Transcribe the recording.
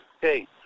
hey